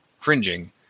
Cringing